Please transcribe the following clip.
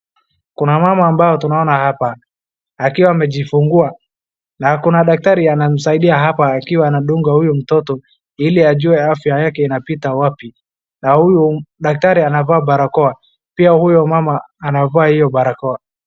Kuna mama ambayo tunaoana hapa akiwa amejifungua na kuna daktari anamsaidia hapa akiwa anamdunga huyu mtoto ili ajue afya yake inapita wapi. Na huyu daktari anavaa barakoa pia huyo mama anavaa hiyo barakoa.